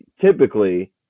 typically